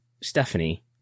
Stephanie